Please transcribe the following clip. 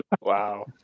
Wow